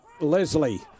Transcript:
Leslie